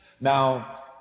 Now